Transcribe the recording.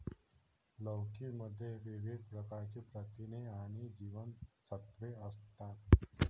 लौकी मध्ये विविध प्रकारची प्रथिने आणि जीवनसत्त्वे असतात